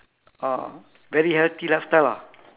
ah very healthy last time ah